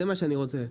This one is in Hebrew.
זה מה שאני רוצה.